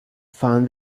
find